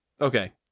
okay